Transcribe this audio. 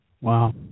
Wow